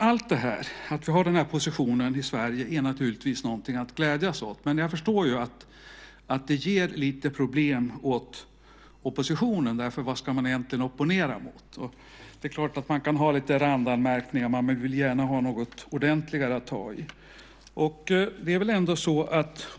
Att vi har den här positionen i Sverige är naturligtvis något att glädjas åt, men jag förstår ju att det ger oppositionen lite problem. Vad ska man egentligen opponera mot? Det är klart att man kan ha lite randanmärkningar, men man vill gärna har något ordentligare att ta i.